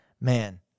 Man